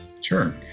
sure